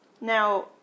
Now